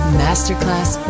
masterclass